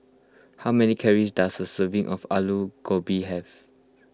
how many calories does a serving of Aloo Gobi have